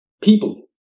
people